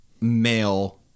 male